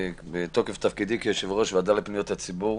בתוקף תפקידי כיושב-ראש הוועדה לפניות הציבור,